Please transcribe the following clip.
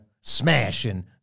smashing